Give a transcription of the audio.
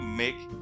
make